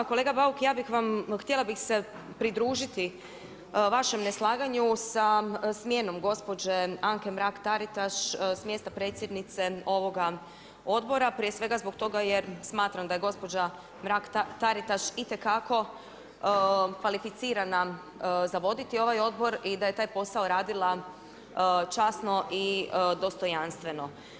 Kolega Bauk ja bih vam, htjela bih se pridružiti vašem neslaganju sa smjenom, gospođe Anke Mrak-Taritaš, s mjesta predsjednice ovoga odbora, prije svega zbog toga jer smatram da je gospođa Mrak-Taritaš itekako kvalificirana za voditi ovaj odbor i da je taj posao radila časno i dostojanstveno.